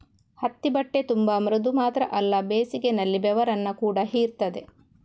ಹತ್ತಿ ಬಟ್ಟೆ ತುಂಬಾ ಮೃದು ಮಾತ್ರ ಅಲ್ಲ ಬೇಸಿಗೆನಲ್ಲಿ ಬೆವರನ್ನ ಕೂಡಾ ಹೀರ್ತದೆ